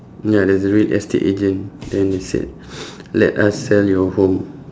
ya there's a real estate agent then it said let us sell your home